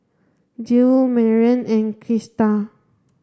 Jiles Maren and Krista